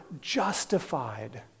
justified